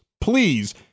Please